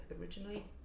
originally